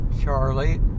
Charlie